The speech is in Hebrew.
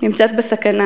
נמצאת בסכנה.